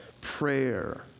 prayer